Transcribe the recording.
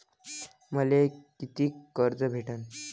मले कितीक कर्ज भेटन?